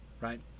right